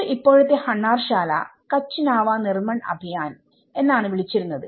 മുമ്പ് ഇപ്പോഴത്തെ ഹണ്ണാർശാല കച്ച് നാവ നിർമ്മാൺ അഭിയാൻ എന്നാണ് വിളിച്ചിരുന്നത്